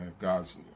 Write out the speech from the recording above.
God's